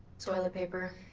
toilet paper.